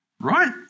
right